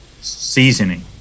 seasoning